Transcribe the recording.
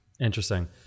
Interesting